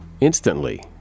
instantly